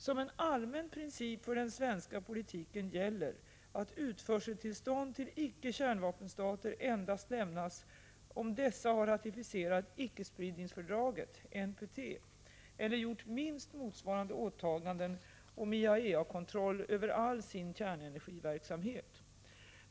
Som en allmän princip för den svenska politiken gäller att utförseltillstånd till icke-kärnvapenstater endast lämnas om dessa har ratificerat ickespridningsfördraget eller gjort minst motsvarande åtaganden om IAEA-kontroll över all sin kärnenergiverksamhet.